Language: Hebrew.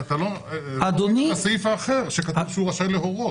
אתה לא --- הסעיף אחר שכתוב בו שהוא רשאי להורות.